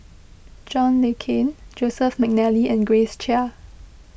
John Le Cain Joseph McNally and Grace Chia